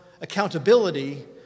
accountability